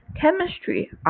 chemistry